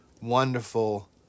wonderful